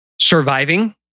surviving